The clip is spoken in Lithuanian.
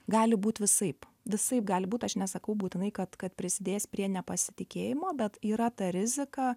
gali būt visaip visaip gali būt aš nesakau būtinai kad kad prisidės prie nepasitikėjimo bet yra ta rizika